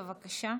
בבקשה.